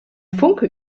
funke